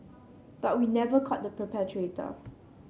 but we never caught the